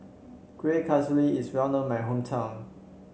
Kuih Kasturi is well known in my hometown